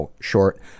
short